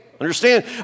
Understand